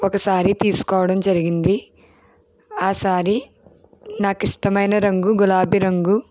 ఒక శారీ తీసుకోవడం జరిగింది ఆ శారీ నాకు ఇష్టమైన రంగు గులాబీ రంగు